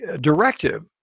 directive